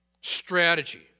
strategy